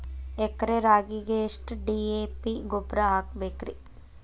ಎಕರೆ ರಾಗಿಗೆ ಎಷ್ಟು ಡಿ.ಎ.ಪಿ ಗೊಬ್ರಾ ಹಾಕಬೇಕ್ರಿ?